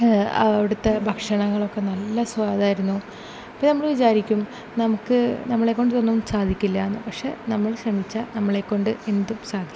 അവിടുത്തെ ഭക്ഷണങ്ങളൊക്കെ നല്ല സ്വാദായിരുന്നു ഇപ്പം നമ്മൾ വിചാരിക്കും നമുക്ക് നമ്മളെ കൊണ്ട് ഇതൊന്നും സാധിക്കില്ല എന്ന് പക്ഷെ നമ്മൾ ശ്രമിച്ചാൽ നമ്മളെ കൊണ്ട് എന്തും സാധിക്കും